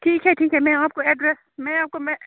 ٹھیک ہے ٹھیک ہے میں آپ کو ایڈریس میں آپ کو